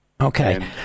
Okay